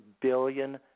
billion